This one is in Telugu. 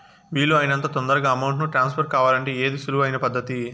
వీలు అయినంత తొందరగా అమౌంట్ ను ట్రాన్స్ఫర్ కావాలంటే ఏది సులువు అయిన పద్దతి